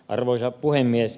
arvoisa puhemies